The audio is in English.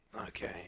Okay